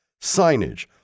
signage